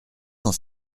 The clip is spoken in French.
cent